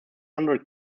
hundred